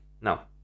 Now